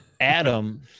Adam